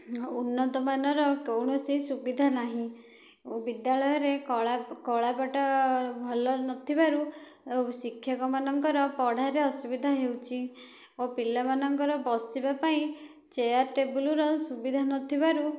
ଉନ୍ନତମାନର କୌଣସି ସୁବିଧା ନାହିଁ ବିଦ୍ୟାଳୟରେ କଳାପଟା ଭଲ ନ ଥିବାରୁ ଆଉ ଶିକ୍ଷକମାନଙ୍କର ପଢ଼ାରେ ଅସୁବିଧା ହେଉଛି ଓ ପିଲା ମାନଙ୍କର ବସିବା ପାଇଁ ଚେଆର ଟେବୁଲର ସୁବିଧା ନଥିବାରୁ